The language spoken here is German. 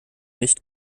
nicht